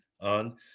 on